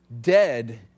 dead